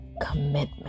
Commitment